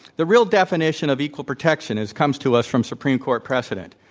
the real definition of equal protection is comes to us from supreme court precedent.